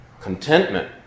contentment